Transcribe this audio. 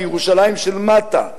בירושלים של מטה.